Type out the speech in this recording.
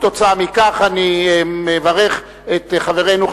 וכתוצאה מכך אני מברך את חברנו,